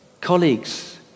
colleagues